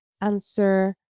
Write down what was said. answer